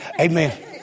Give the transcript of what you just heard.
Amen